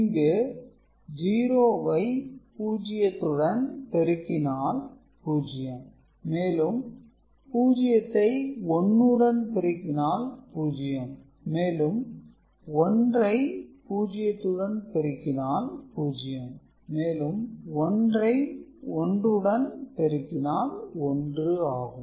இங்கு 0 வை 0 உடன் பெருக்கினால் 0 மேலும் 0 வை 1 உடன் பெருக்கினால் 0 மேலும் 1 ஐ 0 உடன் பெருக்கினால் 0 மேலும் 1 ஐ 1 உடன் பெருக்கினால் 1 ஆகும்